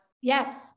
Yes